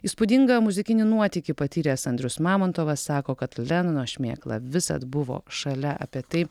įspūdingą muzikinį nuotykį patyręs andrius mamontovas sako kad lenino šmėkla visad buvo šalia apie tai